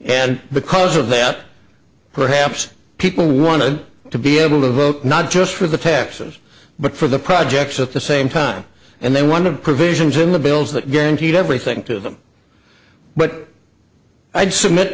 and because of that perhaps people wanted to be able to vote not just for the taxes but for the projects at the same time and they one of the provisions in the bills that guaranteed everything to them but i'd submit